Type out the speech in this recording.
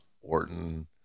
Orton